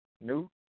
New